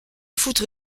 foutre